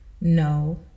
No